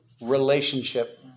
Relationship